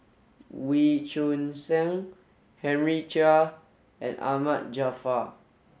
Wee Choon Seng Henry Chia and Ahmad Jaafar